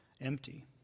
empty